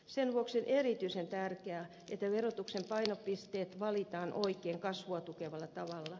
sen vuoksi on erityisen tärkeää että verotuksen painopisteet valitaan oikein kasvua tukevalla tavalla